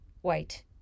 white